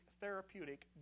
therapeutic